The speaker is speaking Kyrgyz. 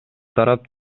тарап